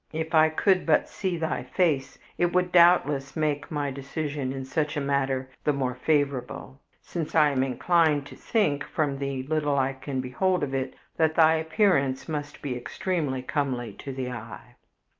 if i could but see thy face it would doubtless make my decision in such a matter the more favorable, since i am inclined to think, from the little i can behold of it, that thy appearance must be extremely comely to the eye.